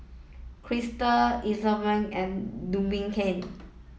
Crystal Isobel and Duncan